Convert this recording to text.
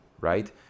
Right